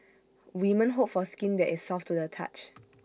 women hope for skin that is soft to the touch